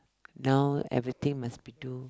now everything must we do